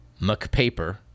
McPaper